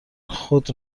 خود